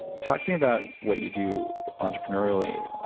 talk to me about what you do entrepreneurially,